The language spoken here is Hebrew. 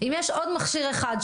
אם יש עוד מכשיר אחד,